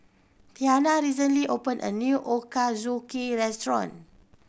Tiana recently opened a new Ochazuke restaurant